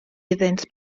iddynt